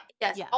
yes